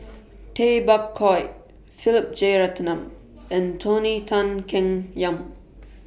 Tay Bak Koi Philip Jeyaretnam and Tony Tan Keng Yam